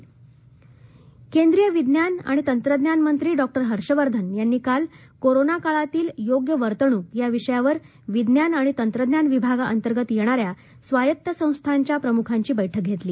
हर्षवर्धन केंद्रीय विज्ञान आणि तंत्रज्ञान मंत्री डॉक्ते हर्ष वर्धन यांनी काल कोरोना काळातील योग्य वर्तणूक या विषयावर विज्ञान आणि तंत्रज्ञान विभागाअंतर्गत येणा या स्वायत्त संस्थांच्या प्रमुखांची बैठक घेतली